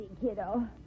kiddo